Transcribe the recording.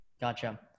gotcha